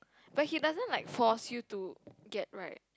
but he doesn't like force you to get right